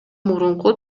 мурунку